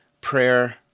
prayer